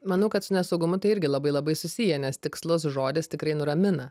manau kad su nesaugumu tai irgi labai labai susiję nes tikslus žodis tikrai nuramina